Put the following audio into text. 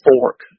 Fork